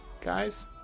guys